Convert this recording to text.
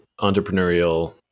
entrepreneurial